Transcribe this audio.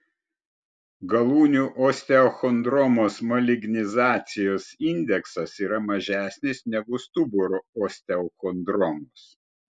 galūnių osteochondromos malignizacijos indeksas yra mažesnis negu stuburo osteochondromos